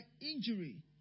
injury